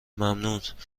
ممنونشماها